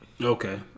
Okay